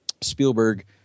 Spielberg